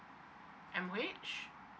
and wage